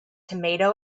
tomato